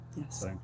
Yes